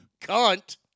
cunt